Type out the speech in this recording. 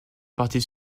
partie